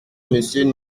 monsieur